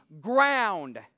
ground